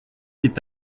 est